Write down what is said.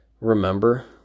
Remember